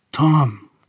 Tom